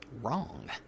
wrong